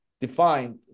defined